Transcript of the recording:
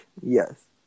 Yes